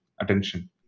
attention